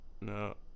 No